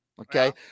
okay